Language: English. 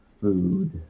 food